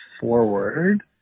forward